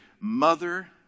mother